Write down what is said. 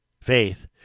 Faith